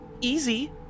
easy